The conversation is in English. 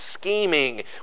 scheming